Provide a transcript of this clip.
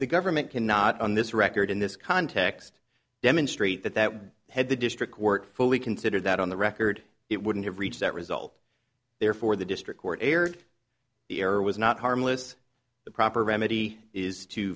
the government can not on this record in this context demonstrate that that we had the district court fully considered that on the record it wouldn't have reached that result therefore the district court erred the error was not harmless the proper remedy is to